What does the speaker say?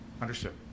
Understood